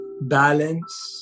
balance